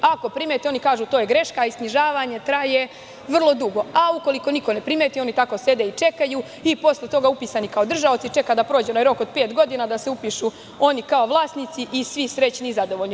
Ako primeti, oni kažu, to je greška, a i snižavanje traje vrlo dugo, a ukoliko niko ne primeti, oni sede i čekaju i posle toga upisani kao držaoci čekaju da prođe onaj rok od pet godina da se upišu oni kao vlasnici i svi srećni i zadovoljni.